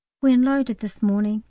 we unloaded this morning,